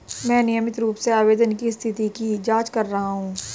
मैं नियमित रूप से आवेदन की स्थिति की जाँच कर रहा हूँ